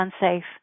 unsafe